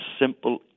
simple